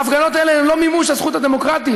ההפגנות האלה הן לא מימוש הזכות הדמוקרטית,